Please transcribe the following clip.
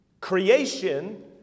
Creation